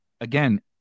again